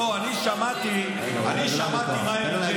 הוויכוח, לא, אני שמעתי, אני שמעתי מה הם אומרים.